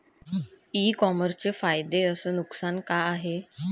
इ कामर्सचे फायदे अस नुकसान का हाये